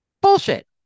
Bullshit